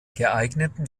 geeigneten